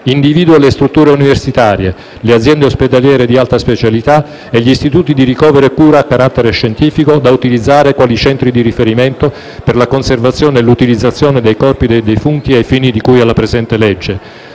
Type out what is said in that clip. individua le strutture universitarie, le aziende ospedaliere di alta specialità e gli Istituti di ricovero e cura a carattere scientifico (IRCCS) da utilizzare quali centri di riferimento per la conservazione e l'utilizzazione dei corpi dei defunti ai fini di cui alla presente legge.